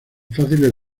fáciles